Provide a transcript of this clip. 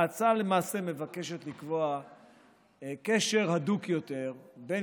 ההצעה מבקשת לקבוע קשר הדוק יותר בין